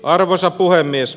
arvoisa puhemies